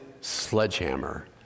Sledgehammer